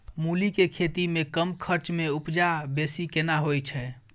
मूली के खेती में कम खर्च में उपजा बेसी केना होय है?